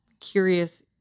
curious